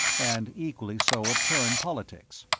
and equally so of terran politics.